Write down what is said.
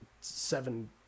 seven